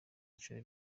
inshuro